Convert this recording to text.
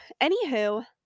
anywho